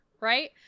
Right